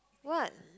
what